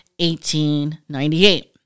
1898